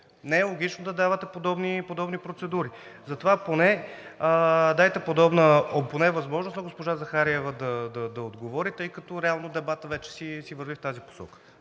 Не е логично да давате подобни процедури. Затова дайте поне възможност на госпожа Захариева да отговори, тъй като реално дебатът вече си върви в тази посока.